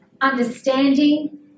understanding